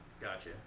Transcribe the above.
Gotcha